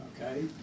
Okay